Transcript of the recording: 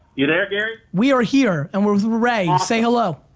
you there, gary? we are here and we're with ray. say hello.